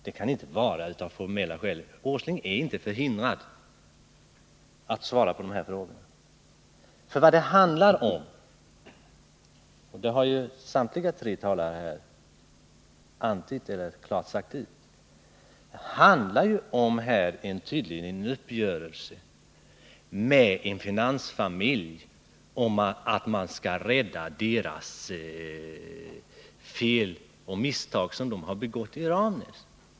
Nils Åsling kan inte av formella skäl vara förhindrad att svara på de framställda frågorna. Vad det handlar om — det har ju samtliga tre talare här klart sagt ut — är tydligen en uppgörelse med en finansfamilj om att man skall rädda dess fel och misstag i Ramnäs.